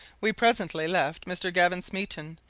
we presently left mr. gavin smeaton,